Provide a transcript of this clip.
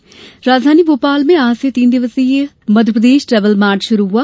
travel mart राजधानी भोपाल में आज से तीन दिवसीय मध्यप्रदेश ट्रेवल मार्ट शुरू हुआ